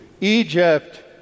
Egypt